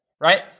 right